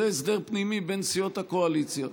זה הסדר פנימי בין סיעות הקואליציה.